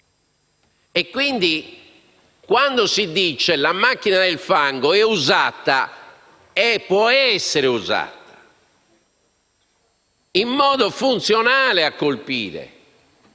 Quindi, quando si dice che la macchina del fango è usata e può essere usata in modo funzionale per colpire